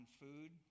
food